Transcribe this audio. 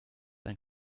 ein